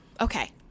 Okay